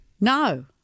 No